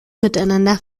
miteinander